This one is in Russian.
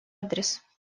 адрес